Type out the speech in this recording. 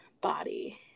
body